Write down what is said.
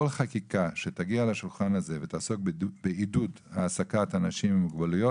כל חקיקה שתגיע לשולחן הזה ותעסוק בעידוד העסקת אנשים עם מוגבלויות,